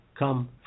Come